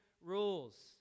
rules